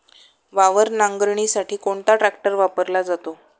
वावर नांगरणीसाठी कोणता ट्रॅक्टर वापरला जातो?